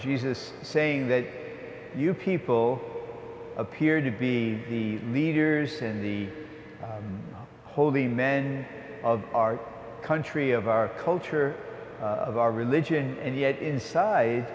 jesus saying that your people appear to be the leaders and the holy men of our country of our culture of our religion and yet inside